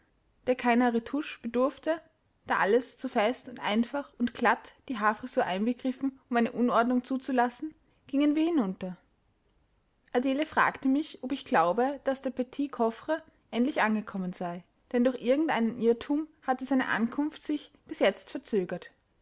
der keiner retouche bedurfte da alles zu fest und einfach und glatt die haarfrisur einbegriffen um eine unordnung zuzulassen gingen wir hinunter adele fragte mich ob ich glaube daß der petit coffre endlich angekommen sei denn durch irgend einen irrtum hatte seine ankunft sich bis jetzt verzögert